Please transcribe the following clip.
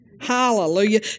Hallelujah